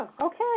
Okay